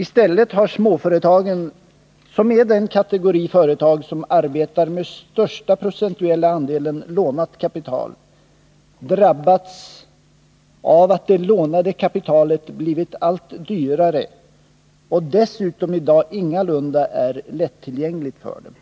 I stället har småföretagen, som är den kategori företag som arbetar med den största procentuella andelen lånat kapital, drabbats av att det lånade kapitalet har blivit allt dyrare. Dessutom är det i dag ingalunda lättillgängligt för dem.